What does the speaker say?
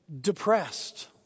depressed